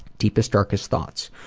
deepest, darkest thoughts.